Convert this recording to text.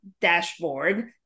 dashboard